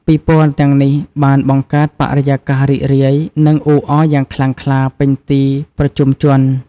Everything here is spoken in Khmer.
ពិព័រណ៍ទាំងនេះ បានបង្កើតបរិយាកាសរីករាយ និងអ៊ូអរយ៉ាងខ្លាំងក្លាពេញទីប្រជុំជន។